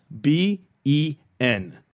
B-E-N